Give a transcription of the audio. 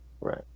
Right